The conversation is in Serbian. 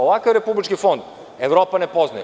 Ovakav Republički fond Evropa ne poznaje.